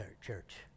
church